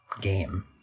game